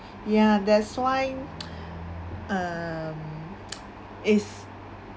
ya that's why um is